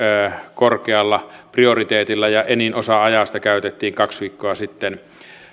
korkealla prioriteetilla ja enin osa ajasta käytettiin kaksi viikkoa sitten